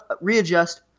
readjust